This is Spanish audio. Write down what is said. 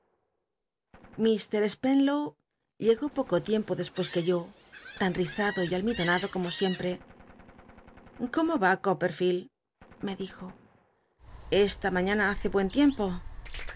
spenl ow llegó poco tiempo dcspucs que yo tan rizado y almidonado como siemptc cómo va copperlicld me dijo esta maíiana hace buen tiemp